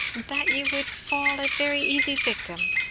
that you would fall a very easy victim!